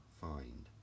find